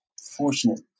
fortunate